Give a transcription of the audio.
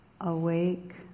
awake